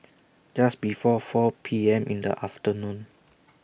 Just before four P M in The afternoon